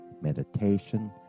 meditation